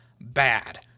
bad